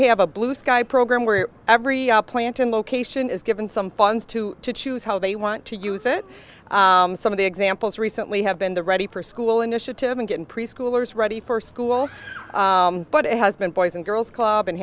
have a blue sky program where every planting location is given some funds to to choose how they want to use it some of the examples recently have been the ready for school initiative and getting preschoolers ready for school but it has been boys and girls club and